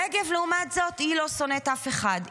רגב, לעומת זאת, היא לא שונאת אף אחד.